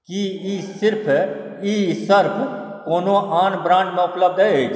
की ई सिर्फ ई सर्फ कोनो आन ब्रांडमे उपलब्ध अछि